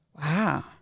Wow